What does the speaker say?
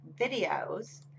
videos